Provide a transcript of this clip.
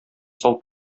сау